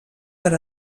per